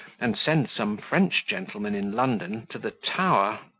and send some french gentleman in london to the tower.